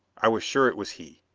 i was sure it was he.